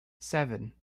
seven